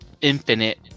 Infinite